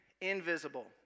invisible